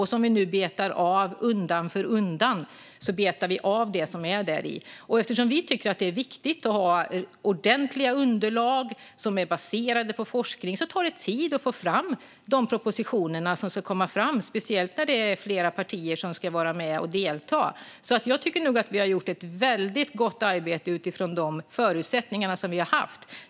Det som finns i avtalet betar vi nu av undan för undan. Eftersom vi tycker att det är viktigt att ha ordentliga underlag som är baserade på forskning tar det tid att få fram de propositioner som ska komma fram, speciellt när det är flera partier som ska vara med och delta. Jag tycker nog alltså att vi har gjort ett väldigt gott arbete utifrån de förutsättningar vi har haft.